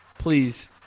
Please